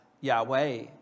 Yahweh